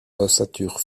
ossature